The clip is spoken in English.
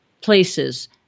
places